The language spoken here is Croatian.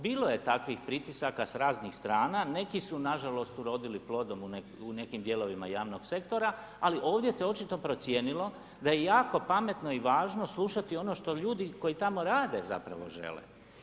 Bili je takvih pritisaka sa raznih strana, neki su nažalost urodili plodom u nekim dijelovima javnog sektora, ali ovdje se je očito procijenilo, da je jako pametno i važno, slušati ono što ljudi koji tamo rade zapravo žele.